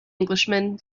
englishman